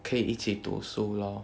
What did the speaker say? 可以一起读书 lor